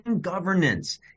governance